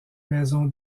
maison